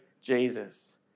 Jesus